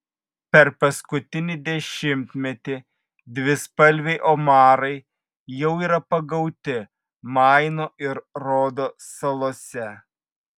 per paskutinį dešimtmetį dvispalviai omarai jau yra pagauti maino ir rodo salose